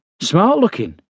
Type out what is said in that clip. Smart-looking